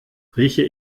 rieche